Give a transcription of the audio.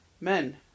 men